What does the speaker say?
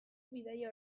bidaia